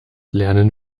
lernen